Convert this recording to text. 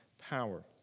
power